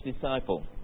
disciple